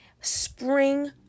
Spring